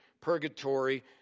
purgatory